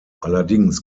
allerdings